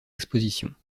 expositions